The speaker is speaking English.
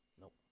Nope